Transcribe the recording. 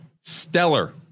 Stellar